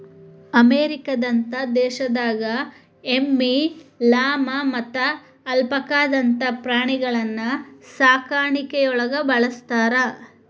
ಅಮೇರಿಕದಂತ ದೇಶದಾಗ ಎಮ್ಮಿ, ಲಾಮಾ ಮತ್ತ ಅಲ್ಪಾಕಾದಂತ ಪ್ರಾಣಿಗಳನ್ನ ಸಾಕಾಣಿಕೆಯೊಳಗ ಬಳಸ್ತಾರ